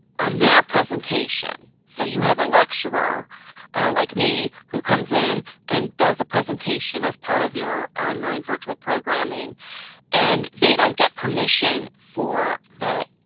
on their presentation, so you have a lecturer like me who comes in and does a presentation as part of your online virtual programming and they don't get permission for the